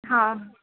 हा